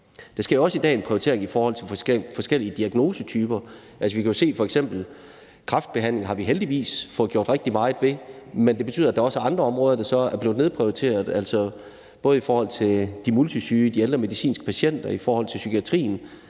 Der sker også i dag en prioritering i forhold til forskellige diagnosetyper. Vi kan jo f.eks. se, at vi heldigvis har fået gjort rigtig meget ved kræftbehandlingen, men det betyder også, at der er andre områder, der så er blevet nedprioriteret, både i forhold til de multisyge, de ældre medicinske patienter og i forhold til psykiatrien,